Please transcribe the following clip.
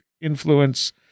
influence